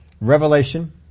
Revelation